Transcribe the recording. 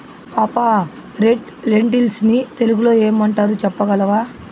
పాపా, red lentils ని తెలుగులో ఏమంటారు చెప్పగలవా